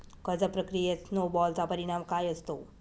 कर्ज प्रक्रियेत स्नो बॉलचा परिणाम काय असतो?